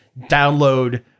download